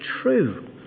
true